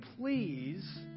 please